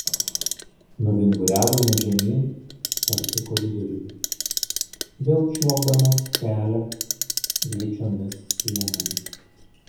nuvinguriavome žemyn tamsiu koridoriumi vėl čiuopdamos kelią gličiomis sienomis